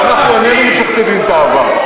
ואנחנו איננו משכתבים את העבר,